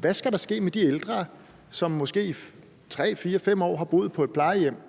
Hvad skal der ske med de ældre, som måske i 3, 4, 5 år har boet på et plejehjem,